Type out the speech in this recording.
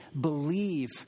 believe